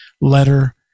letter